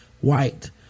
white